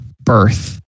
birth